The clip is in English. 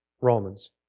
Romans